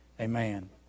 Amen